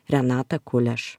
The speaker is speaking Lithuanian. renata kuleš